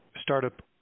startup